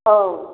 औ